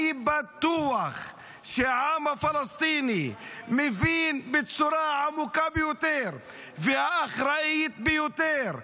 אני בטוח שהעם הפלסטיני מבין בצורה העמוקה ביותר והאחראית ביותר,